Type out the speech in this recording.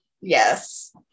Yes